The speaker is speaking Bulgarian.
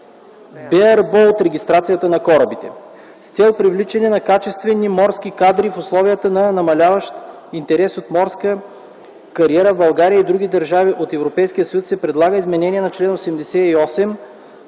беърбоут-регистрацията на корабите. С цел привличане на качествени морски кадри в условията на намаляващ интерес от морска кариера в България и други държави от Европейския съюз се предлага изменение на чл. 88